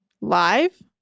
Live